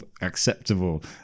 acceptable